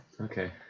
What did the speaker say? Okay